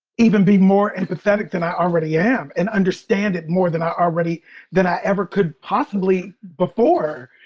even be more empathetic than i already am and understand it more than i already than, i ever could possibly before.